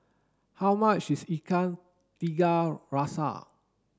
how much is ikan tiga rasa